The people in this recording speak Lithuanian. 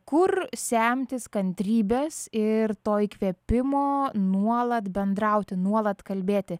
kur semtis kantrybės ir to įkvėpimo nuolat bendrauti nuolat kalbėti